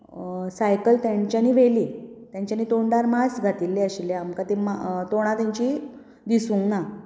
cycle तांच्यानी व्हेली तांच्यानी तोंडार मास्क घातिल्ले आशिल्लें आमकां तोंडा तेंची दिसूंक ना